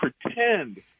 pretend